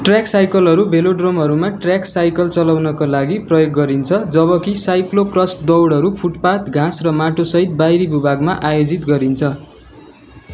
track साइकलहरू भेलोड्रोमहरूमा track cycle चलाउनाका लागि प्रयोग गरिन्छ जबकि साइक्लो क्रस दौडहरू फुटपाथ घाँस र माटोसहित बाहिरी भूभागमा आयोजित गरिन्छ